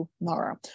tomorrow